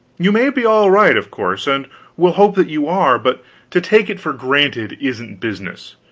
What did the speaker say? you may be all right, of course, and we'll hope that you are but to take it for granted isn't business.